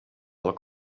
del